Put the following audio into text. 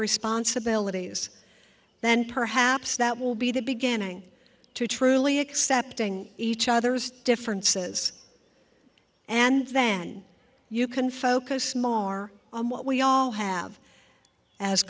responsibilities then perhaps that will be the beginning to truly accepting each other's differences and then you can focus on what we all have as